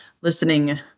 listening